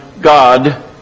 God